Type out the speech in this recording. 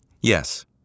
Yes